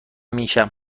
میشم